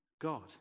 God